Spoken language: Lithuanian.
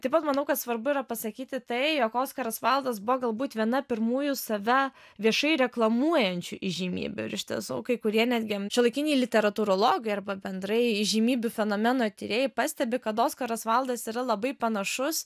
taip pat manau kad svarbu yra pasakyti tai jog oskaras vaildas buvo galbūt viena pirmųjų save viešai reklamuojančių įžymybių ir iš tiesų kai kurie netgi šiuolaikiniai literatūrologai arba bendrai įžymybių fenomeno tyrėjai pastebi kad oskaras vaildas yra labai panašus